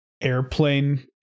airplane